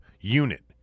unit